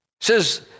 says